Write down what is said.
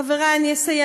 חברי, אני אסיים.